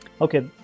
Okay